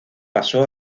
pasó